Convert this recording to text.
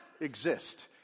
exist